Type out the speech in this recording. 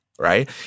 right